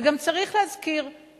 וגם צריך להזכיר,